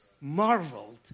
marveled